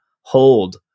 hold